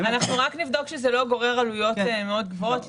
אנחנו רק נבדוק שזה לא גורר עלויות גבוהות מאוד.